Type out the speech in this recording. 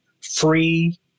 free